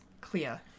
clear